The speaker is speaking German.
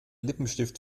lippenstift